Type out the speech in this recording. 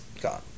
gone